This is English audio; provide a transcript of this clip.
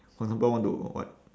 for example want to what